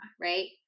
right